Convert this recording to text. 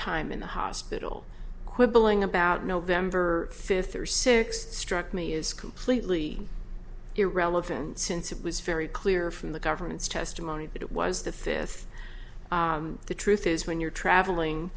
time in the hospital quibbling about nov fifth or sixth struck me is completely irrelevant since it was very clear from the government's testimony that it was the fifth the truth is when you're traveling